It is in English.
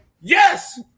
yes